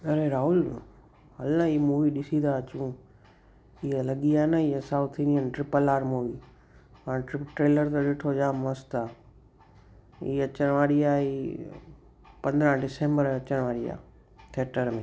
अरे राहुल हल न ई मूवी ॾिसी था अचूं इहा लॻी आहे न इहा south Indian triple R movie मां ट्र ट्रेलर त ॾिठो जाम मस्तु आहे इहा अचणु वारी आहे ई पंद्रह डिसेम्बर अचणु वारी आहे थियेटर में